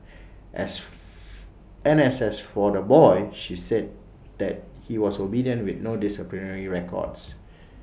as and as for the boy she said that he was obedient with no disciplinary records